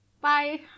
Bye